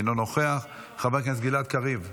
אינו נוכח, חבר הכנסת גלעד קריב -- מה?